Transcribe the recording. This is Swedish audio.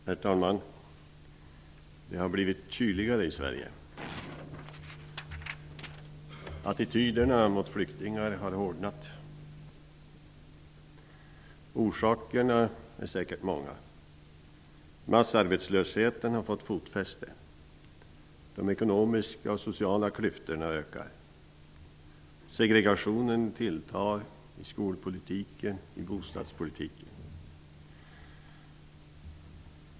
Herr talman! Det har blivit kyligare i Sverige. Attityderna mot flyktingar har hårdnat. Orsakerna är säkert många. Massarbetslösheten har fått fotfäste. De ekonomiska och sociala klyftorna ökar. Segregationen tilltar, i skolpolitiken och i bostadspolitiken.